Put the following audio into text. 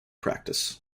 practice